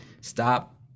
stop